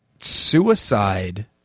Suicide